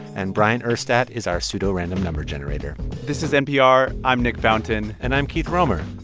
and bryant urstadt is our pseudorandom number generator this is npr. i'm nick fountain and i'm keith romer.